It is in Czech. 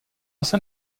jsem